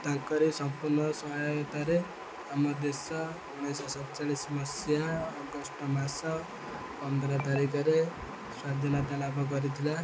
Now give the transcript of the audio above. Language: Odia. ତାଙ୍କରି ସମ୍ପୂର୍ଣ୍ଣ ସହାୟତାରେ ଆମ ଦେଶ ଉଣେଇଶିଶହ ସତଚାଳିଶି ମସିହା ଅଗଷ୍ଟ ମାସ ପନ୍ଦର ତାରିଖରେ ସ୍ୱାଧୀନତା ଲାଭ କରିଥିଲା